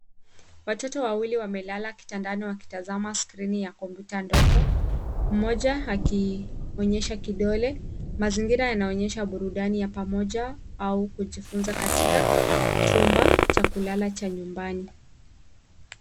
Watoto wawili wamelala kitandani wakitazama skrini ya kompyuta ndogo, mmoja akionyesha kidole. Mazingira yanaonyesha burudani ya pamoja au kujifunza katika chumba cha kulala cha nyumbani.